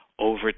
Over